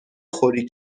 خوری